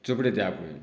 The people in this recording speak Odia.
ଚିପୁଡ଼ି ଦିଆ ହୁଏ